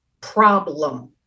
problem